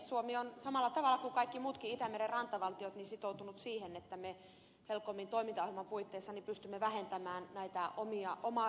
suomi on samalla tavalla kuin kaikki muutkin itämeren rantavaltiot sitoutunut siihen että me helcomin toimintaohjelman puitteissa pystymme vähentämään omaa ravinnekuormitustamme